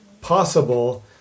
possible